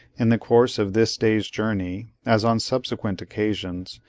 in the course of this day's journey, as on subsequent occasions,